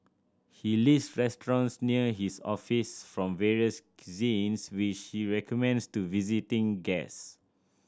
he list restaurants near his office from various cuisines which he recommends to visiting guest